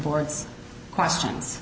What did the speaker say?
board's questions